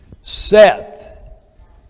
Seth